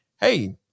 hey